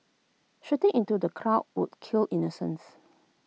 shooting into the crowd would kill innocents